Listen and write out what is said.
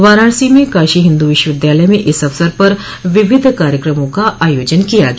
वाराणसी में काशी हिन्दू विश्वविद्यालय में इस अवसर पर विविध कार्यक्रमों का आयोजन किया गया